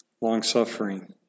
long-suffering